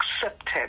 accepted